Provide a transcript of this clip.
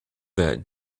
that